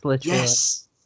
Yes